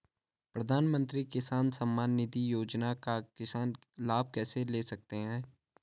प्रधानमंत्री किसान सम्मान निधि योजना का किसान लाभ कैसे ले सकते हैं?